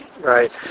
Right